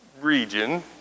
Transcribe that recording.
region